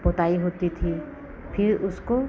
पटाई होती थी फ़िर उसको